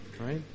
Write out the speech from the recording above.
right